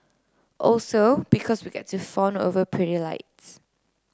also because we get to fawn over pretty lights